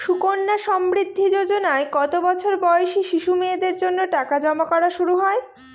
সুকন্যা সমৃদ্ধি যোজনায় কত বছর বয়সী শিশু মেয়েদের জন্য টাকা জমা করা শুরু হয়?